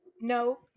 No